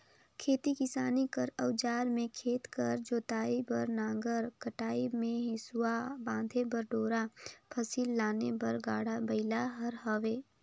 खेती किसानी कर अउजार मे खेत कर जोतई बर नांगर, कटई मे हेसुवा, बांधे बर डोरा, फसिल लाने बर गाड़ा बइला हर हवे